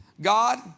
God